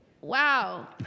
wow